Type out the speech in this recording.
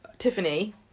Tiffany